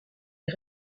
est